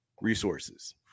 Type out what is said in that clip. resources